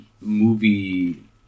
movie